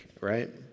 Right